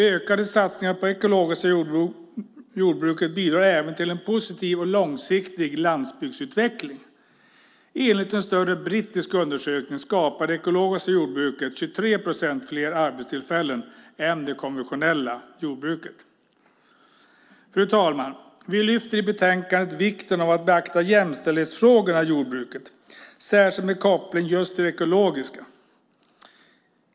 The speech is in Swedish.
Ökade satsningar på det ekologiska jordbruket bidrar även till en positiv och långsiktig landsbygdsutveckling. Enligt en större brittisk undersökning skapar det ekologiska jordbruket 23 procent fler arbetstillfällen än det konventionella jordbruket. Fru ålderspresident! Vi lyfter i betänkandet fram vikten av att beakta jämställdhetsfrågorna i jordbruket, särskilt med koppling just till det ekologiska jordbruket.